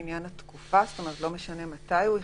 מבחינת תקופת ההחלמה, זה משנה מתי הוא החלים?